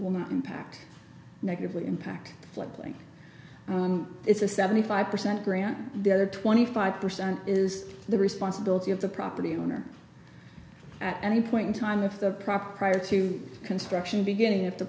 will not impact negatively impact the fledgling it's a seventy five percent grant the other twenty five percent is the responsibility of the property owner at any point in time if the proper prior to construction beginning of the